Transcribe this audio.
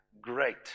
great